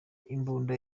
imbunda